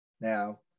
Now